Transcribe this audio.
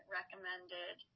recommended